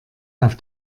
auf